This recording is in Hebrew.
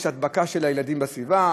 יש הדבקה של הילדים בסביבה,